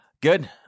Good